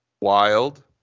Wild